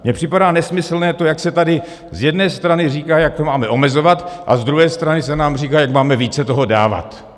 Mně připadá nesmyslné to, jak se tady z jedné strany říká, jak to máme omezovat, a z druhé strany se nám říká, jak máme více toho dávat.